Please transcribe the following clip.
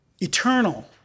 Eternal